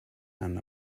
and